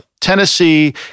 Tennessee